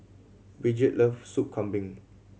Brigid love Soup Kambing